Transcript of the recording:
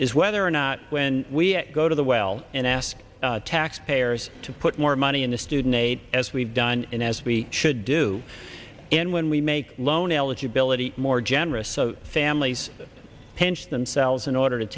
is whether or not when we go to the well and ask taxpayers to put more money into student aid as we've done and as we should do and when we make loan eligibility more generous so families pinch themselves in order to